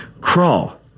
crawl